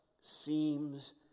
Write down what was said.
seems